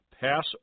pass